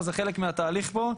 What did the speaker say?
זה חלק מהתהליך פה.